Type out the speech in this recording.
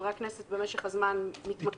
חברי הכנסת במשך הזמן מתמקצעים,